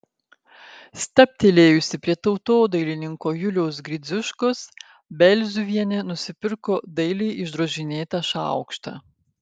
stabtelėjusi prie tautodailininko juliaus gridziuškos belzuvienė nusipirko dailiai išdrožinėtą šaukštą